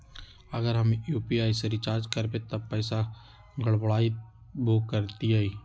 अगर हम यू.पी.आई से रिचार्ज करबै त पैसा गड़बड़ाई वो करतई?